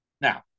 Now